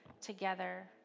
together